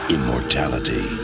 Immortality